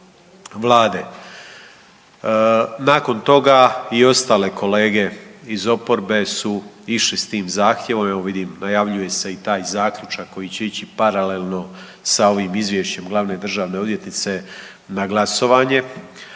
Vlade. Nakon toga i ostale kolege iz oporbe su išli s tim zahtjevom, evo vidim najavljuje se i taj zaključak koji će ići paralelno sa ovim izvješćem glavne državne odvjetnice na glasovanje,